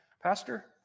Pastor